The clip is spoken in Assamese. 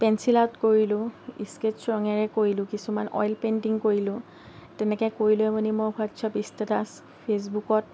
পেঞ্চিল আৰ্ট কৰিলোঁ স্কেটছ ৰঙেৰে কৰিলোঁ কিছুমান অইল পেইণ্টিং কৰিলোঁ তেনেকৈ কৰি লৈ মেলি মই হোৱাটচআপৰ ষ্টেটাচ ফেচবুকত